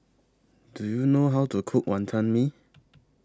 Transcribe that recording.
Do YOU know How to Cook Wonton Mee